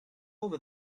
over